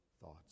thoughts